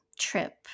Trip